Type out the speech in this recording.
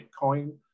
bitcoin